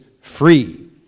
free